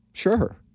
sure